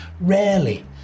Rarely